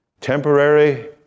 Temporary